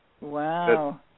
wow